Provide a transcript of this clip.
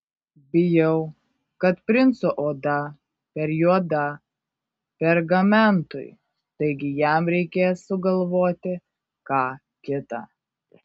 bijau kad princo oda per juoda pergamentui taigi jam reikės sugalvoti ką kita